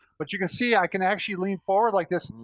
but you can see, i can actually lean forward like this,